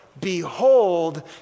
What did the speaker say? behold